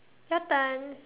your turn